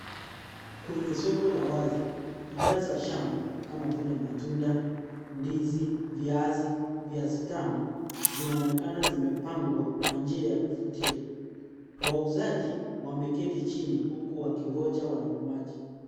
Kwenye soko la wazi bidhaa kama vile matunda, ndizi, viazi, viazi tamu zinaonekana zimepangwa kwa njia ya kuvutia. Wauzaji wameketi chini huku wakingoja wanunuaji.